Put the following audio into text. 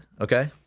Okay